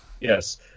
Yes